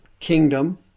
kingdom